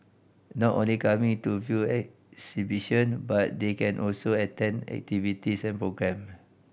not only coming to view exhibition but they can also attend activities and program